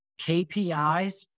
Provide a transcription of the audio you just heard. KPIs